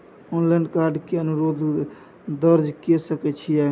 Online card के अनुरोध दर्ज के सकै छियै?